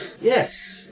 Yes